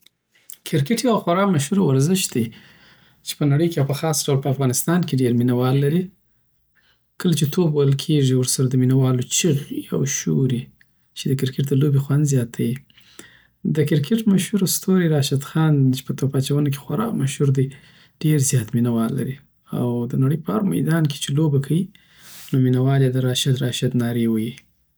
کريکټ یو خورا مشهوره ورزش دی چی په نړۍ کې او په خاص ډول په افغانستان کی ډیر مینه وال لری کله چی توپ وهل کیږی وسره دمینه والو چیغې او شور وی چی دکرکټ دلوبی خوند زیاتوی. دکرکټ مشهور ستوری راشد خان چی په توپ اچونه کی خورا مشهور دی ډیر زیات مینه والی لری او د نړی په هرمیدان کی چی لوبه کوی نو مینه وال یی د راشد راشد ناری وهی